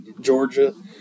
Georgia